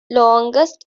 longest